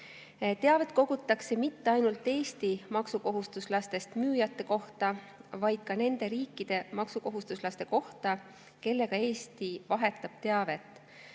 Teavet kogutakse mitte ainult Eesti maksukohustuslastest müüjate kohta, vaid ka nende riikide maksukohustuslaste kohta, kellega Eesti vahetab teavet.